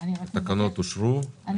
אין